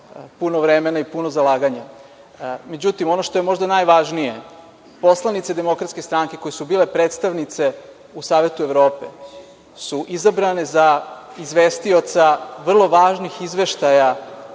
puno vremena i puno zalaganja.Međutim, ono što je možda najvažnije, poslanice DS koje su bile predstavnice u Savetu Evrope su izabrane za izvestioca vrlo važnih izveštaja